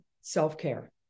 self-care